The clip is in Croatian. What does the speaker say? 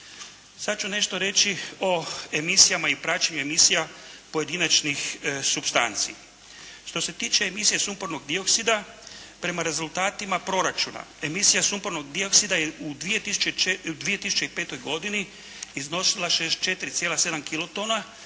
Sad ću nešto reći o emisijama i praćenju emisija pojedinačnih supstanci. Što se tiče emisije sumpornog dioksida prema rezultatima proračuna emisija sumpornog dioksida je u 2005. godini iznosila 64,7 kilotona,